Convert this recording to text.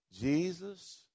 Jesus